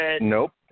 Nope